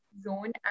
zone